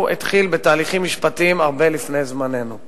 התחיל בתהליכים משפטיים הרבה לפני זמננו,